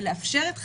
ולאפשר את חיינו,